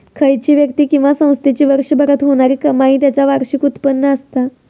खयची व्यक्ती किंवा संस्थेची वर्षभरात होणारी कमाई त्याचा वार्षिक उत्पन्न असता